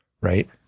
right